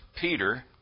Peter